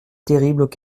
terribles